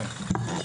כן.